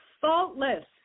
faultless